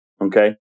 okay